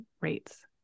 rates